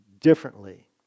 differently